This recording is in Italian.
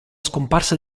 scomparsa